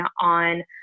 on